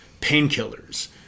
painkillers